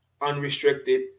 unrestricted